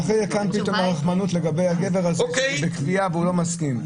ואחרי זה כאן פתאום הרחמנות לגבי הגבר הזה --- שהוא לא מסכים.